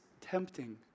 tempting